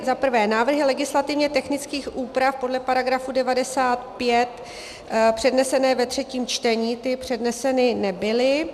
Za prvé, návrhy legislativně technických úprav podle § 95 přednesené ve třetím čtení ty předneseny nebyly.